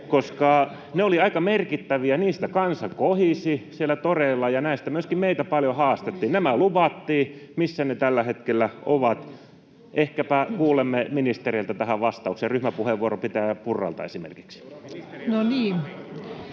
koska ne olivat aika merkittäviä, niistä kansa kohisi siellä toreilla ja näistä myöskin meitä paljon haastettiin. Nämä luvattiin, missä ne tällä hetkellä ovat? Ehkäpä kuulemme ministereiltä tähän vastauksen, ryhmäpuheenvuoron pitäjä Purralta esimerkiksi. [Speech